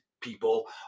people